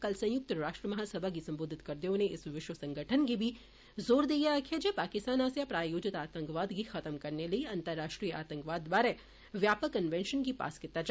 कल संयुक्त राष्ट्र महासभा गी सम्बोधित करदे होई उनें इस विश्व संगठन गी बी जोर देइयै आर्क्खेआ ऐ जे पाकिस्तान आस्सेआ प्रायोजित आतंकवाद गी खत्म करने लेई अंतर्राष्ट्रीय आतंकवाद बारै व्यापक कन्वैंशन गी पास कीता जा